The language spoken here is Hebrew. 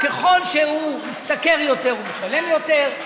ככל שהוא משתכר יותר הוא משלם יותר,